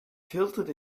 tilted